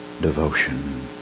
devotion